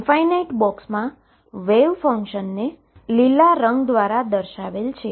infinite બોક્સમાં wave ફંક્શનને લીલા રંગ દ્વારા દર્શાવે છે